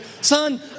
son